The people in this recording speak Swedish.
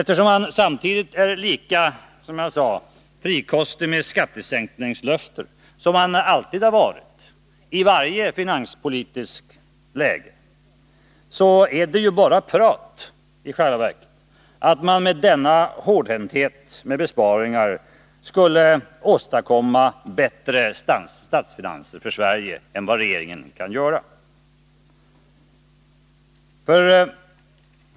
Eftersom man samtidigt, som jag sade, är lika frikostig med skattesänkningslöften som man alltid varit i varje finanspolitiskt läge, så är det ju bara prati själva verket att man med denna hårdhänthet när det gäller besparingar skulle åstadkomma bättre statsfinanser för Sverige än vad regeringen kan göra.